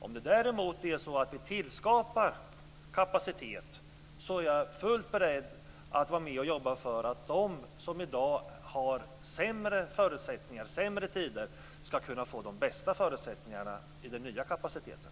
Om det däremot är så att vi tillskapar kapacitet är jag fullt beredd att vara med och jobba för att de som i dag har sämre förutsättningar och sämre tider ska kunna få de bästa förutsättningarna i den nya kapaciteten.